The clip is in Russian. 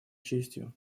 честью